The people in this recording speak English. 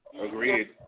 Agreed